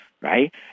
right